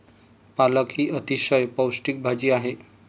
पालक ही अतिशय पौष्टिक भाजी आहे